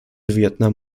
vietnam